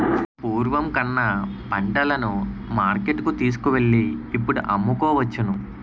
పూర్వం కన్నా పంటలను మార్కెట్టుకు తీసుకువెళ్ళి ఇప్పుడు అమ్ముకోవచ్చును